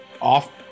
off